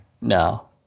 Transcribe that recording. No